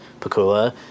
Pakula